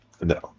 No